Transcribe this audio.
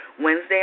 Wednesday